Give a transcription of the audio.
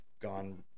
gone